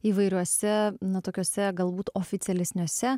įvairiuose na tokiuose galbūt oficialesniuose